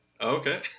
Okay